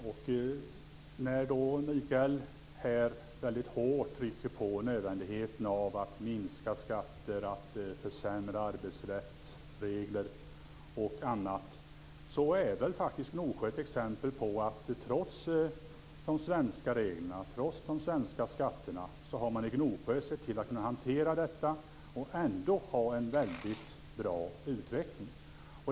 När Mikael Oscarsson här mycket hårt trycker på nödvändigheten av att sänka skatter, försämra arbetsrättsregler osv. är Gnosjö ett exempel på att trots de svenska reglerna och de svenska skatterna har man i Gnosjö sett till att kunna hantera detta och ändå ha en bra utveckling.